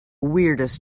weirdest